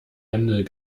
händel